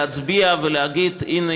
להצביע ולהגיד: הנה,